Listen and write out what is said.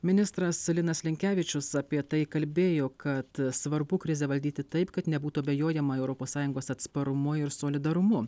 ministras linas linkevičius apie tai kalbėjo kad svarbu krizę valdyti taip kad nebūtų abejojama europos sąjungos atsparumu ir solidarumu